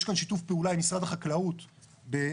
יש כאן שיתוף פעולה עם משרד החקלאות באגרו-וולטאי,